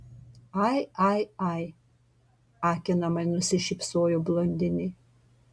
ai ai ai akinamai nusišypsojo blondinė